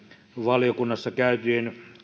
valiokunnassa käytiin